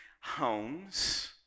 homes